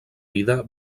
vida